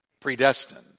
Predestined